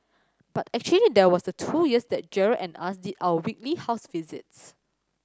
but actually there was the two years that Gerald and us did our weekly house visits